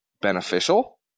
beneficial